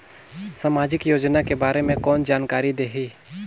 समाजिक योजना के बारे मे कोन जानकारी देही?